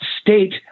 state